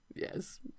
yes